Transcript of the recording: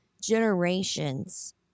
generations